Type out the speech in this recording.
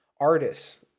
artists